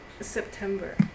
September